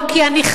לא כי אני,